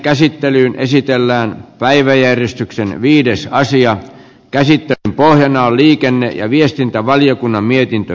käsittelyn pohjana on liikenne ja viestintävaliokunnan mietintö